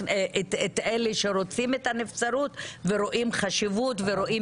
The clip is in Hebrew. את אלה שרוצים את הנבצרות ורואים חשיבות ורואים